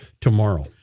tomorrow